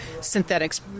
synthetics